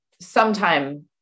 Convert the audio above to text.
Sometime